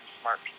smart